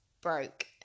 broke